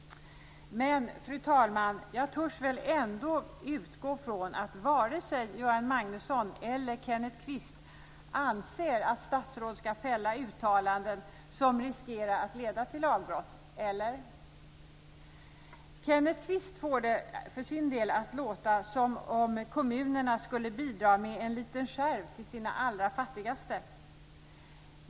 Men, fru talman, jag törs väl ändå utgå från att varken Göran Magnusson eller Kenneth Kvist anser att statsråd ska fälla uttalanden som riskerar att leda till lagbrott - eller? Kenneth Kvist får det för sin del att låta som om kommunerna skulle bidra med en liten skärv till sina allra fattigaste.